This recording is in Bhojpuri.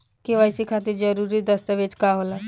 के.वाइ.सी खातिर जरूरी दस्तावेज का का होला?